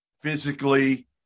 physically